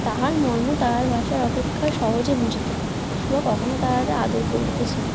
তাহার মর্ম তাহার ভাষার অপেক্ষা সহজে বুঝিত সুভা কখনো তাহাদের আদর করিতেছেন